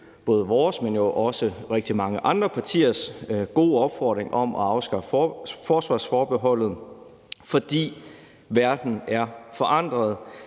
både vores, men jo også rigtig mange andre partiers gode opfordring om at afskaffe forsvarsforbeholdet, for verden er forandret.